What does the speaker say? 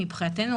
מבחינתנו,